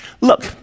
look